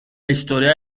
historia